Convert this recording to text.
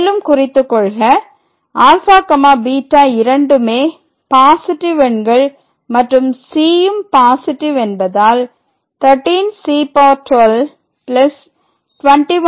மேலும் குறித்துக்கொள்க ∝β இரண்டுமே பாசிட்டிவ் எண்கள் மற்றும் cம் பாசிட்டிவ் என்பதால் 13c1221c2 ≠ 0